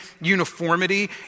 uniformity